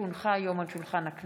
כי הונחה היום על שולחן הכנסת,